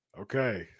okay